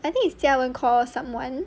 I think it's jia wen call someone